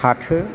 फाथो